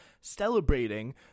celebrating